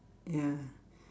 ya